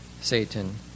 Satan